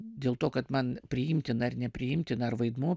dėl to kad man priimtina ar nepriimtina ar vaidmuo